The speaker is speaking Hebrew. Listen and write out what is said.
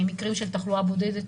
מקרים של תחלואה בודדת,